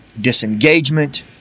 disengagement